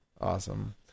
Awesome